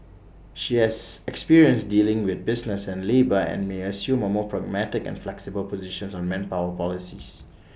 she has experience dealing with business and labour and may assume A more pragmatic and flexible position on manpower policies